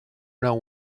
know